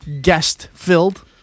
guest-filled